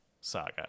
Saga